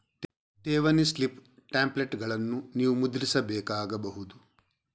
ಠೇವಣಿ ಸ್ಲಿಪ್ ಟೆಂಪ್ಲೇಟುಗಳನ್ನು ನೀವು ಮುದ್ರಿಸಬೇಕಾಗಬಹುದು